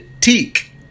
Teak